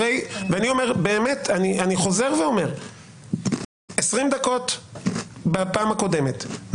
ואני חוזר ואומר ש-20 דקות בפעם הקודמת,